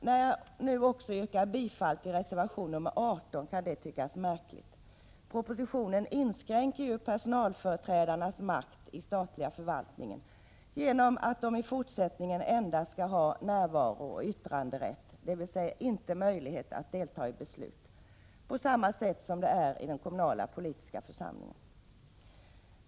När jag nu också yrkar bifall till reservation 18 kan det tyckas märkligt. Propositionen inskränker ju personalföreträdarnas makt i den statliga förvaltningen genom att de i fortsättningen endast skall ha närvarooch yttranderätt, dvs. de skall inte ha möjlighet att delta i beslut, på samma sätt som det är i den kommunala politiska församlingen.